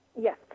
Yes